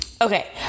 okay